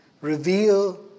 reveal